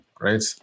right